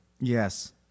Yes